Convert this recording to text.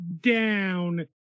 down